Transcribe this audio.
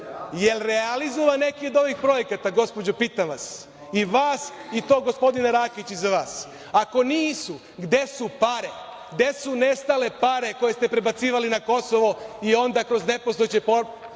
je realizovan neki od ovih projekata, gospođo pitam vas? I vas i tog gospodina Rakića iza vas. Ako nisu, gde su pare? Gde su nestale pare koje ste prebacivali na Kosovo i onda kroz nepostojeće